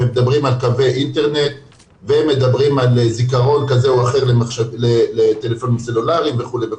קווי אינטרנט וזכרון כזה או אחר לטלפונים סלולאריים וכולי,